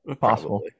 possible